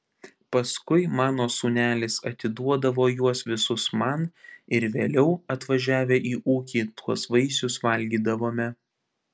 paskui mano sūnelis atiduodavo juos visus man ir vėliau atvažiavę į ūkį tuos vaisius valgydavome